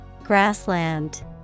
Grassland